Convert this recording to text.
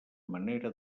manera